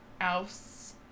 else